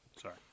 Sorry